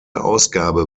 ausgabe